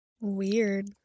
weird